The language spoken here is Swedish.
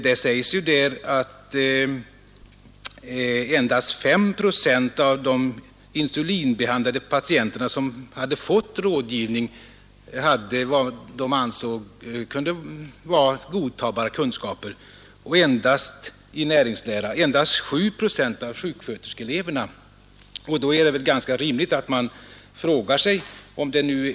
Det meddelas där att endast 5 procent av de insulinbehandlade patienter som hade fått rådgivning och bara 7 procent av sjuksköterskeeleverna hade vad som kunde anses vara godtagbara kunskaper i näringslära.